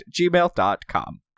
gmail.com